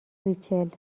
ریچل